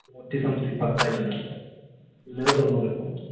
നൂറ്റി സംതിങ് പത്തായിട്ടുണ്ട് ഇന്നലെ തൊണ്ണൂറ്